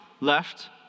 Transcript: left